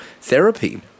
therapy